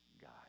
God